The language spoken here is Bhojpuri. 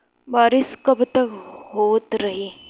बरिस कबतक होते रही?